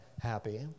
happy